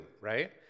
right